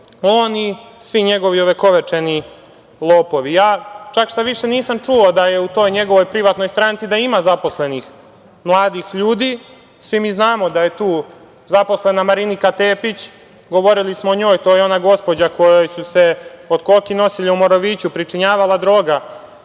on i svi njegovi ovekovečeni lopovi. Nisam čuo da u toj njegovoj privatnoj stranci ima zaposlenih mladih ljudi. Svi mi znamo da je tu zaposlena Marinika Tepić. Govorili smo o njoj, to je ona gospođa kojoj se od koki nosilja u Moroviću pričinjavala droga,